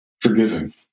forgiving